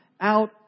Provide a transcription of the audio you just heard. out